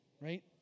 Right